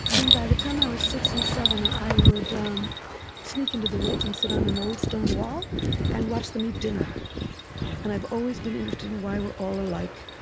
and by the time i was six and seven, i would um sneak into the woods and sit on an old stone wall and watch them eat dinner and i've always been interested in why we're all alike,